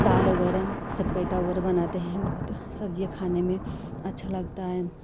दाल वगैरह सतपईथा वगैरह बनाते हैं बहुत सब्ज़ियाँ खाने में अच्छा लगता है